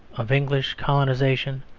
of english colonisation,